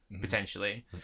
Potentially